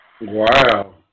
Wow